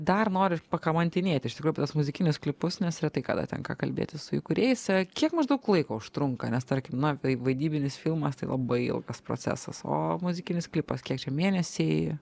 dar noriu pakamantinėti iš tikrųjų apie tuos muzikinius klipus nes retai kada tenka kalbėtis su jų kūrėjais kiek maždaug laiko užtrunka nes tarkim na taip vaidybinis filmas tai labai ilgas procesas o muzikinis klipas kiek čia mėnesiai